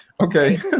Okay